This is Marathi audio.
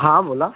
हां बोला